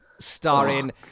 starring